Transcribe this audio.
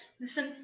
listen